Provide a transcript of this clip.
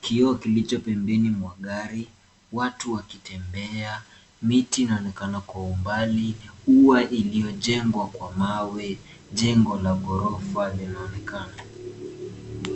kioo kilicho pembeni mwa gari. Watu wakitembea, Miti inaonekana kwa umbali, ua iliyojengwa kwa mawe, jengo la gorofa linaonekena.